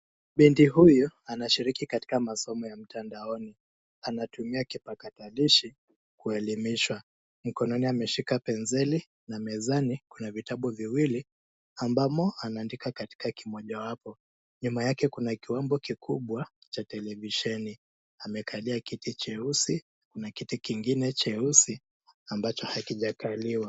Binti huyu anashirika katika masomo ya mtandaoni. Anatumia kipakatalishi kuelimishwa. Mkononi ameshika penseli na mezani kuna vitabu viwili ambamo anaandika katika kimojawapo. Nyuma yake kuna kiwambo kikubwa cha televisheni. Amekalia kiti cheusi na kiti kingine cheusi ambacho hakijakaliwa.